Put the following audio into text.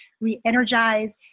Re-energize